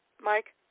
Mike